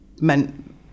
meant